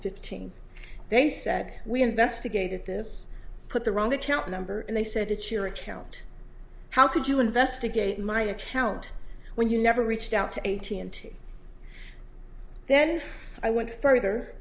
fifteen they said we investigated this put the wrong account number and they said it's your account how could you investigate my account when you never reached out to a t n t then i went further